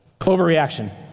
Overreaction